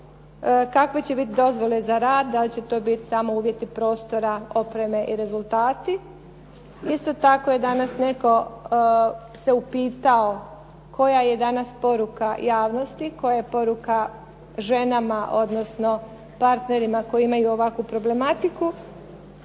Kakve će biti dozvole za rad? Da li će to biti samo uvjeti prostora, opreme i rezultati? Isto tako je danas netko se upitao koja je danas poruka javnosti, koja je poruka ženama, odnosno partnerima koji imaju ovakvu problematiku.